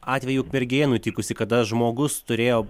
atvejį ukmergėje nutikusį kada žmogus turėjo